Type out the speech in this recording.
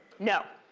no.